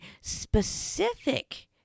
specific